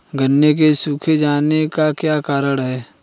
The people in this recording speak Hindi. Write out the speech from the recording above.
गन्ने के सूख जाने का क्या कारण है?